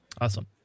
Awesome